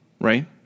right